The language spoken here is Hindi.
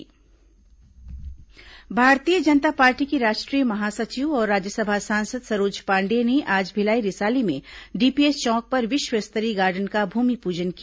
सरोज पांडेय बातचीत भारतीय जनता पार्टी की राष्ट्रीय महासचिव और राज्यसभा सांसद सरोज पांडेय ने आज भिलाई रिसाली में डीपीएस चौक पर विश्व स्तरीय गार्डन का भूमिपूजन किया